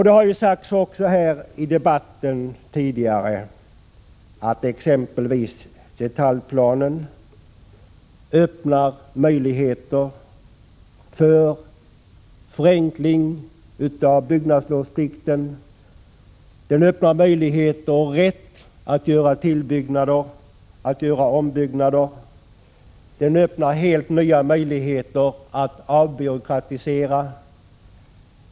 Det har sagts tidigare i debatten att exempelvis detaljplanen öppnar möjligheter för förenkling av byggnadslovsplikten, att den ger rätt att göra tillbyggnader och ombyggnader, att den öppnar helt nya möjligheter att avbyråkratisera.